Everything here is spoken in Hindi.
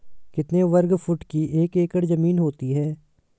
कितने वर्ग फुट की एक एकड़ ज़मीन होती है?